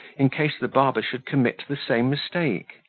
in case the barber should commit the same mistake.